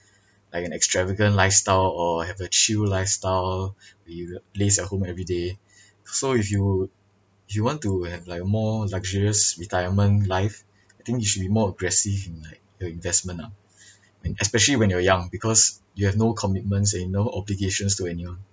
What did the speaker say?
like an extravagant lifestyle or have a chill lifestyle where you laze at home everyday so if you you want to have like a more luxurious retirement life I think you should be more aggressive in like your investment ah and especially when you're young because you have no commitments and no obligations to anyone